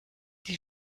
die